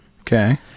Okay